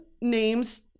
names